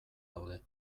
daude